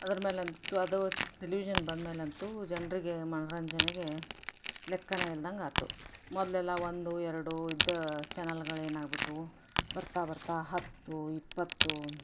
ಅದರ ಮೇಲಂತೂ ಅದು ಟೆಲಿವಿಷನ್ ಬಂದಮೇಲಂತೂ ಜನರಿಗೆ ಮನೋರಂಜನೆಗೆ ಲೆಕ್ಕವೇ ಇಲ್ದಂಗಾಯ್ತು ಮೊದಲೆಲ್ಲ ಒಂದು ಎರಡು ಇದ್ದ ಚಾನಲ್ಲುಗಳ್ ಏನಾಗ್ಬಿಟ್ವು ಬರ್ತಾ ಬರ್ತಾ ಹತ್ತು ಇಪ್ಪತ್ತು